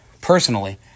personally